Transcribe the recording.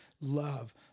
love